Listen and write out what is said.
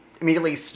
immediately